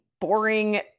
boring